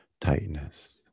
tightness